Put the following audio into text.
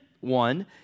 one